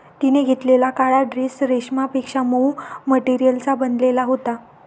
तिने घातलेला काळा ड्रेस रेशमापेक्षा मऊ मटेरियलचा बनलेला होता